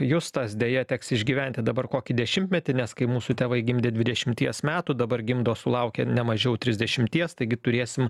justas deja teks išgyventi dabar kokį dešimtmetį nes kai mūsų tėvai gimdė dvidešimties metų dabar gimdo sulaukę ne mažiau trisdešimties taigi turėsim